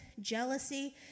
jealousy